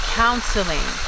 counseling